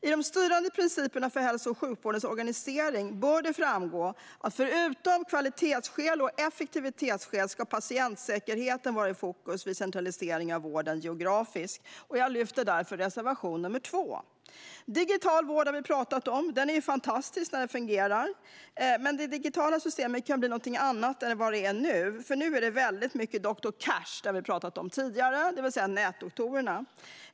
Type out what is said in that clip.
I de styrande principerna för hälso och sjukvårdens organisering bör det framgå att förutom kvalitetsskäl och effektivitetsskäl ska patientsäkerheten vara i fokus vid centralisering av vården geografiskt. Jag lyfter därför fram reservation nr 2. Vi har talat om digital vård. Den är fantastisk när den fungerar. Men det digitala systemet kan bli någonting annat än vad det är nu. Nu är det väldigt mycket doktor Cash. Vi har tidigare talat om nätdoktorerna.